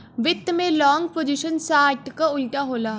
वित्त में long position short क उल्टा होला